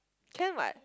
can what